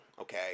okay